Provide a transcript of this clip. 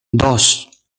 dos